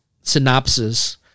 synopsis